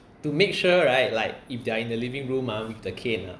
to make sure right like if they're in the living room ah with the cane ah